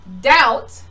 doubt